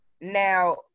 Now